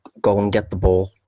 go-and-get-the-ball